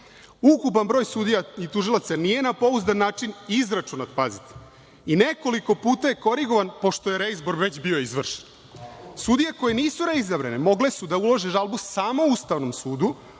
Ukupan broj sudija i tužilaca nije na pouzdan način izračunat i nekoliko puta je korigovan pošto je reizbor već bio izvršen. Sudije koje nisu reizabrane mogle su da ulože žalbu samo Ustavnom sudu,